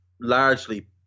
largely